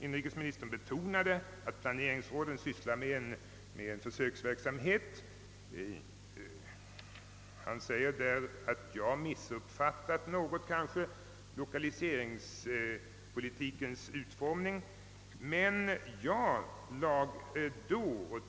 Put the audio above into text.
Inrikesministern betonade att planeringsråden sysslar med en försöksverksamhet. Han sade att jag kanske något missuppfattat lokaliseringspolitikens utformning.